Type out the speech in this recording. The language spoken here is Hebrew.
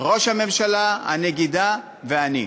ראש הממשלה, הנגידה ואני.